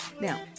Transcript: Now